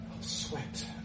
sweat